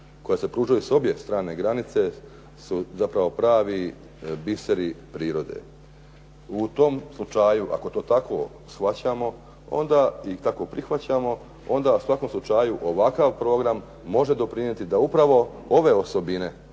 koja se pružaju s obje strane granice su zapravo pravi biseri prirode. U tom slučaju ako to tako shvaćamo i tako prihvaćamo, onda u svakom slučaju ovakav program može doprinijeti da upravo ove osobine o